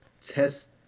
test